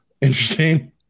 interesting